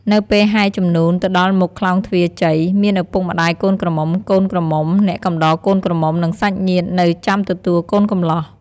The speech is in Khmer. នៅពេលហែជំនូន ទៅដល់មុខក្លោងទ្វាជ័យ មានឪពុកម្តាយកូនក្រមុំ កូនក្រមុំ អ្នកកំដរកូនក្រមុំនិងសាច់ញាតិនៅចាំទទួលកូនកំលោះ។